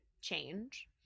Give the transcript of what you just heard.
change